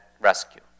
rescue